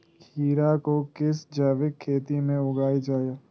खीरा को किस जैविक खेती में उगाई जाला?